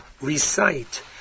recite